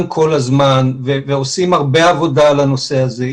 כל הזמן ועושים הרבה עבודה על הנושא הזה,